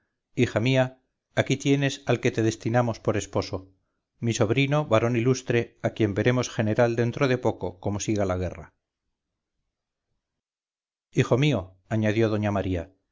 hija mía aquí tienes al que te destinamos por esposo mi sobrino varón ilustre a quien veremos general dentro de poco como siga la guerra hijo mío añadió doña maría